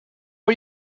are